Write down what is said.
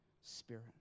Spirit